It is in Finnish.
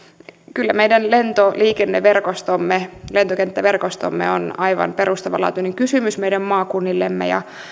kyllä meidän lentoliikenneverkostomme lentokenttäverkostomme on aivan perustavanlaatuinen kysymys meidän maakunnillemme ja